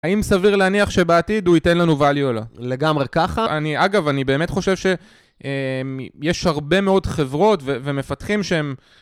האם סביר להניח שבעתיד הוא ייתן לנו ואליו או לא? לגמרי ככה. אני אגב, אני באמת חושב שיש הרבה מאוד חברות ומפתחים שהם...